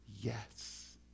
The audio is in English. yes